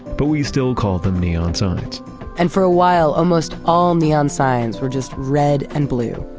but we still call them neon signs and for a while almost all neon signs were just red and blue.